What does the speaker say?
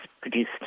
produced